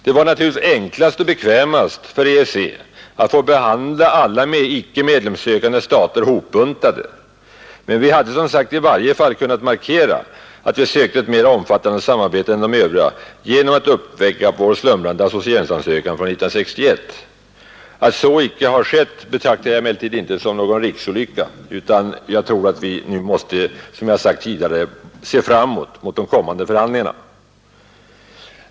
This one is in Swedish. Det var naturligtvis enklast och bekvämast för EEC att få behandla alla icke medlemskapssökande stater hopbuntade, men vi hade som sagt i varje fall kunnat markera att vi sökte ett mera omfattande samarbete än de övriga genom att uppväcka vår slumrande associeringsansökan från 1961. Att så inte har skett betraktar jag emellertid inte som någon riksolycka, utan jag tror att vi, som jag har sagt tidigare, måste se framåt mot de kommande förhandlingarna.